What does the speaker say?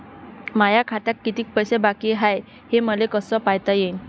माया खात्यात कितीक पैसे बाकी हाय हे मले कस पायता येईन?